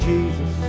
Jesus